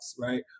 right